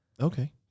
Okay